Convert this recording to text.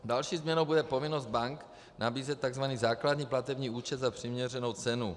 Další změnou bude povinnost bank nabízet takzvaný základní platební účet za přiměřenou cenu.